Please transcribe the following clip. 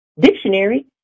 dictionary